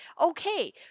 okay